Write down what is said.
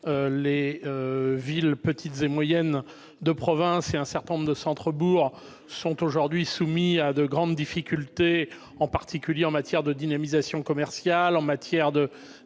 les villes petites et moyennes de province et un certain nombre de centres-bourgs sont aujourd'hui confrontés à de grandes difficultés, en particulier en matière de dynamisation commerciale et de